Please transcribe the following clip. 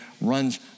runs